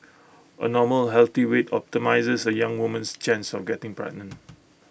A normal healthy weight optimises A young woman's chance of getting pregnant